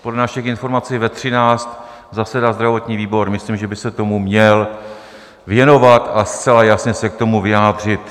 Podle našich informací ve 13 zasedá zdravotní výbor, myslím, že by se tomu měl věnovat a zcela jasně se k tomu vyjádřit.